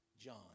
John